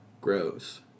grows